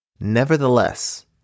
Nevertheless